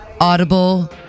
Audible